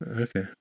Okay